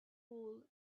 wool